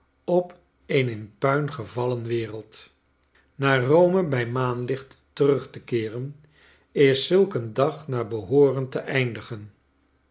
op een in puin gevallen wereld naar rome bij maanlicht terug te keeren is zulk een dag naar behooren te cindigen